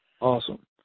awesome